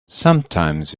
sometimes